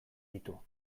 ditu